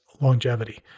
longevity